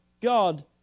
God